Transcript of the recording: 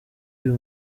uyu